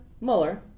Mueller